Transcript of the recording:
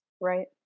Right